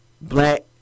black